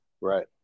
right